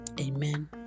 Amen